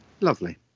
lovely